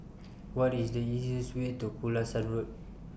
What IS The easiest Way to Pulasan Road